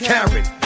Karen